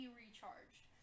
recharged